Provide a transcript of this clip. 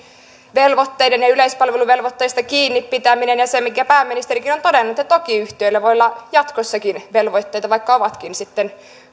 velvoitteista ja yleispalveluvelvoitteista kiinni pitäminen ja se minkä pääministerikin on todennut että toki yhtiöillä voi olla jatkossakin velvoitteita vaikka ovatkin sitten